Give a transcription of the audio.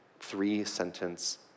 three-sentence